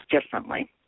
differently